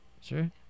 Sure